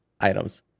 items